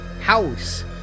house